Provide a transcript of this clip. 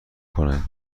کنند